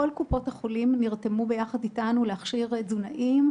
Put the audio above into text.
כל קופות החולים נרתמו ביחד איתנו להכשיר תזונאים,